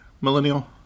Millennial